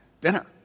dinner